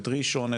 את ראשון,